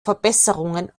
verbesserungen